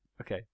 Okay